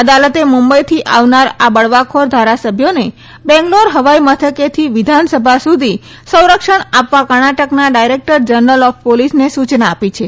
અદાલતે મુંબઇથી આવનાર આ બળવાખોર ધારાસભ્યોને બેંગ્લોરે હવાઇ મથકથી વિધાનસભા સુધી સંરક્ષણ આ વા કર્ણાટકના ડાયરેક્ટર જનરલ ઓફ ોલિસને સૂચના આ ી છે